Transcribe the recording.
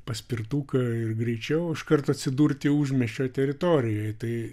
paspirtuką ir greičiau iškart atsidurti užmiesčio teritorijoj tai